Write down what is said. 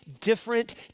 different